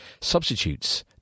Substitutes